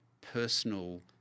personal